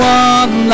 one